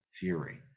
theory